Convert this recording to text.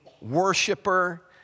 worshiper